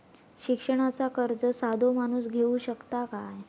शिक्षणाचा कर्ज साधो माणूस घेऊ शकता काय?